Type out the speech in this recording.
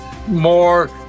more